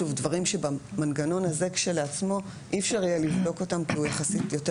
דברים שבמנגנון הזה כשלעצמו אי אפשר יהיה לבדוק אותם כי זה יחסית יותר